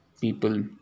people